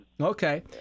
Okay